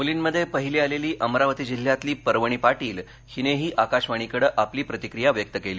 मुलींमध्ये पहिली आलेली अमरावती जिल्ह्यातली पर्वणी पाटील हिनेही आकाशवाणीकडे आपली प्रतिक्रिया व्यक्त केली